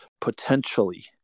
potentially